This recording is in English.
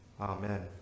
Amen